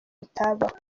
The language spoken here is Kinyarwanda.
bitabaho